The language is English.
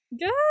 Good